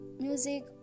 music